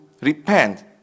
repent